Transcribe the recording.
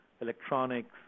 electronics